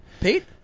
Pete